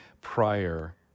prior